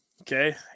Okay